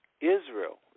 Israel